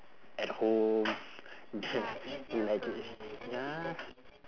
at home like ya